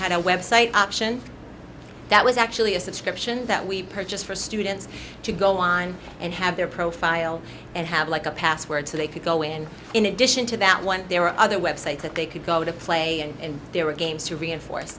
had a website option that was actually a subscription that we purchased for students to go online and have their profile and have like a password so they could go in in addition to that one there were other web sites that they could go to play and there were games to reinforce